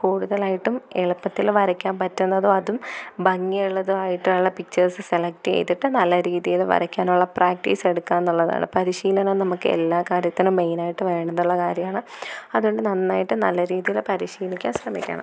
കൂടുതലായിട്ടും എളുപ്പത്തിൽ വരയ്ക്കാൻ പറ്റുന്നതും അതും ഭംഗിയുള്ളതും ആയിട്ടുളള പിക്ച്ചർസ് സെലെക്റ്റ് ചെയ്തിട്ട് നല്ല രീതിയിൽ വരയ്ക്കാനുള്ള പ്രാക്ടീസ് എടുക്കുക എന്നുള്ളതാണ് പരിശീലനം നമുക്ക് എല്ലാ കാര്യത്തിനും മെയിൻ ആയിട്ട് വേണം എന്നുള്ള കാര്യമാണ് അതുകൊണ്ട് നന്നായിട്ട് നല്ല രീതിയിൽ പരിശീലിക്കാൻ ശ്രമിക്കണം